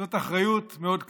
זאת אחריות מאוד כבדה.